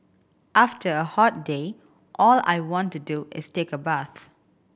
after a hot day all I want to do is take a bath